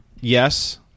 Yes